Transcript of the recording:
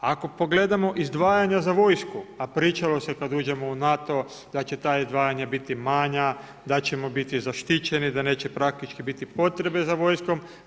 Ako pogledamo izdvajanje za vojsku, a pričalo se kad uđemo u NATO da će ta izdvajanja biti manja, da ćemo biti zaštićeni, da neće praktički biti potrebe za vojskom.